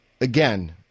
again